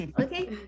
okay